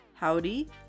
Howdy